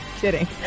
Kidding